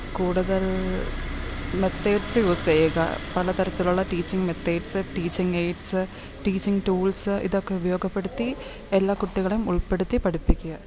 കൂടുതൽ മെത്തേഡ്സ് യൂസെയ്യുക പല തരത്തിലുള്ള teaching methods teaching aids teaching tools ഇതൊക്കെ ഉപയോഗപ്പെടുത്തി എല്ലാ കുട്ടികളെയും ഉൾപ്പെടുത്തി പഠിപ്പിക്കുക